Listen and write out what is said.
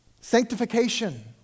Sanctification